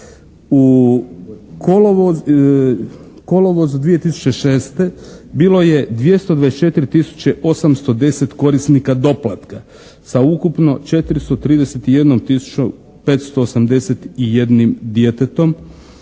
U kolovozu 2006. bilo je 224810 korisnika doplatka sa ukupno 431 581 djetetom